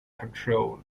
control